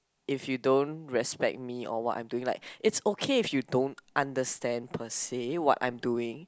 if you don't respect me or what I'm doing like it's okay if you don't understand per se what I'm doing